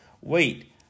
Wait